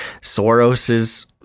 soros's